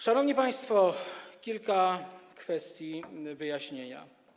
Szanowni państwo, kilka kwestii wymaga wyjaśnienia.